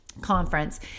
conference